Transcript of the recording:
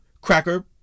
cracker